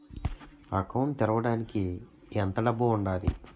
Account తెరవడానికి ఎంత డబ్బు ఉండాలి?